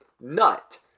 nut